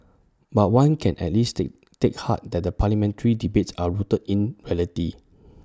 but one can at least take take heart that the parliamentary debates are rooted in reality